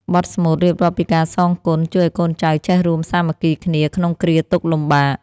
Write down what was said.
បទស្មូតរៀបរាប់ពីការសងគុណ ជួយឱ្យកូនចៅចេះរួមសាមគ្គីគ្នាក្នុងគ្រាទុក្ខលំបាក។